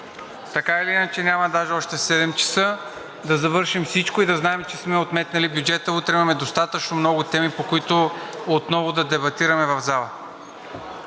така или иначе няма още 19,00 ч., да завършим всичко и да знаем, че сме отметнали бюджета. Утре имаме достатъчно много теми, по които отново да дебатираме в залата.